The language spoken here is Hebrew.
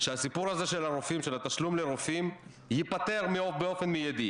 שהסיפור הזה של התשלום לרופאים ייפתר באופן מיידי,